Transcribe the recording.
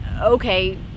okay